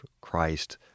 Christ